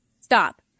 Stop